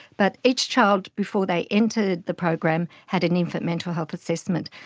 but each child before they entered the program had an infant mental health assessment,